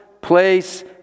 place